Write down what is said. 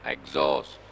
Exhaust